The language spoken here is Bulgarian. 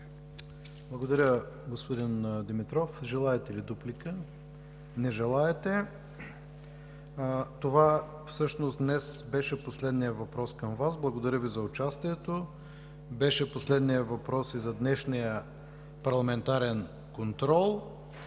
Благодаря, господин Димитров. Желаете ли дуплика? Не желаете. Това всъщност днес беше последният въпрос към Вас. Благодаря Ви за участието. Беше последният въпрос и за днешния парламентарен контрол.